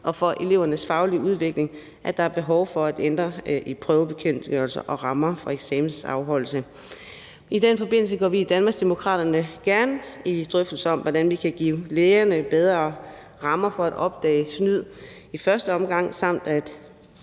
og for elevernes faglige udvikling, at der er behov for at ændre i prøvebekendtgørelser og rammer for eksamensafholdelse. I den forbindelse går vi i Danmarksdemokraterne gerne ind i drøftelser om, hvordan vi kan give lærerne bedre rammer for at opdage snyd i første omgang samt at